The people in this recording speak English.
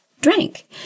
drank